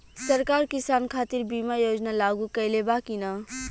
सरकार किसान खातिर बीमा योजना लागू कईले बा की ना?